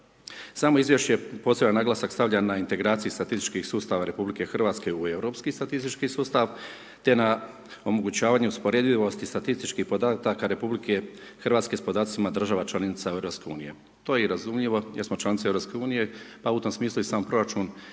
Samo izvješće poseban naglasak stavlja na integraciju statističkih sustava RH u europski statistički sustav te na omogućavanju usporedivosti statističkih podataka RH s podacima članica EU-a. To je i razumljivo jer smo članica EU-a pa u tom smislu, i sam proračun